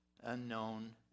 unknown